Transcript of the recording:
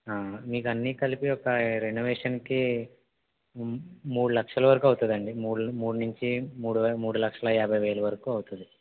మీకన్నీ కలిపి ఒక రెనోవేషన్కి మూ మూడు లక్షలు వరకు అవుతాయండి మూడుల మూడు నుంచి మూడువే మూడు లక్షల యాభై వేలు వరకు అవుతుంది